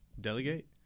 Delegate